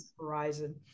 horizon